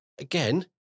again